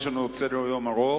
יש לנו עוד סדר-יום ארוך.